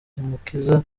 mukiza